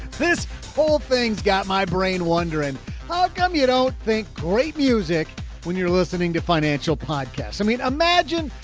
this whole thing. got my brain wondering how come you don't think great music when you're listening to financial podcasts? i mean, imagine.